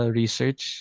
research